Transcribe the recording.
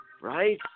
Right